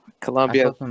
Colombia